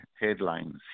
headlines